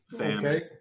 Okay